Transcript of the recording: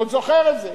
עוד זוכר את זה.